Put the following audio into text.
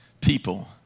people